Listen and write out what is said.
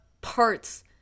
parts